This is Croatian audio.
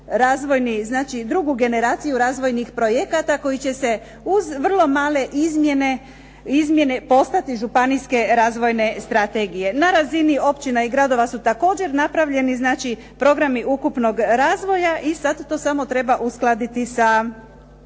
drugu generaciju razvojnih projekata, koji će se uz vrlo male izmjene postati županijske razvojne strategije, na razini općina i gradova su također napravljeni znači programi ukupnog razvoja i sada samo to treba uskladiti sa